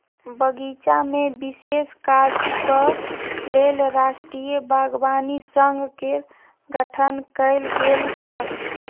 बगीचामे विशेष काजक लेल राष्ट्रीय बागवानी संघ केर गठन कैल गेल छल